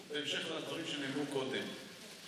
בהמשך לדברים שנאמרו קודם,